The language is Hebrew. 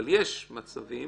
אבל יש מצבים